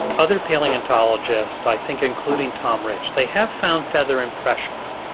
other palaeontologists, i think including tom rich, they have found feather impressions,